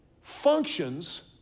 functions